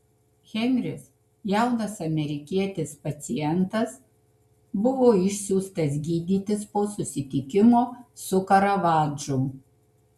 henris jaunas amerikietis pacientas buvo išsiųstas gydytis po susitikimo su karavadžu